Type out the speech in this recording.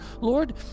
Lord